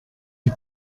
die